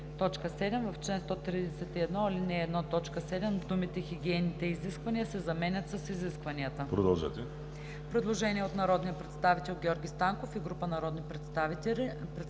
Предложение на народния представител Георги Станков и група народни представители: